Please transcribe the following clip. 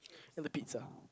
and the pizza